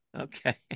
Okay